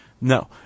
no